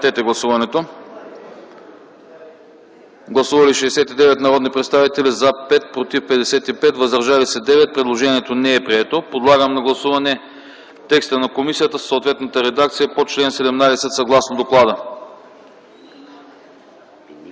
не подкрепя. Гласували 69 народни представители: за 5, против 55, въздържали се 9. Предложението не е прието. Подлагам на гласуване текста на комисията със съответната редакция по чл. 17 съгласно доклада.